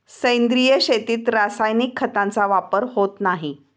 सेंद्रिय शेतीत रासायनिक खतांचा वापर होत नाही